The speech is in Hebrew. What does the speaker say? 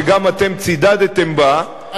שגם אתם צידדתם בה,